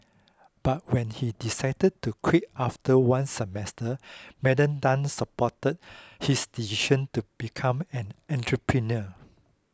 but when he decided to quit after one semester Madam Tan supported his decision to become an entrepreneur